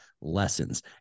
lessons